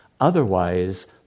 Otherwise